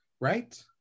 Right